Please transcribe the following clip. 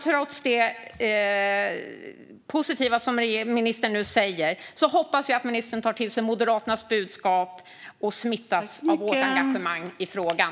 Trots det positiva som ministern nu säger hoppas jag att ministern tar till sig Moderaternas budskap och smittas av vårt engagemang i frågan.